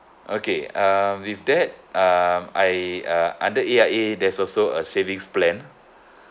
okay uh with that um I uh under A_I_A there's also a savings plan